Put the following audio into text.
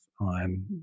on